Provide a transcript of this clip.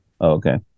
okay